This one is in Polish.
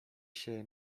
się